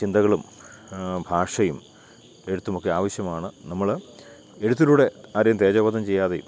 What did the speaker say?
ചിന്തകളും ഭാഷയും എഴുത്തുമൊക്കെ ആവശ്യമാണ് നമ്മൾ എഴുത്തിലൂടെ ആരെയും തേജോവധം ചെയ്യാതെയും